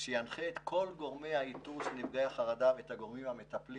שינחה את כל גורמי האיתור של נפגעי חרדה ואת הגורמים המטפלים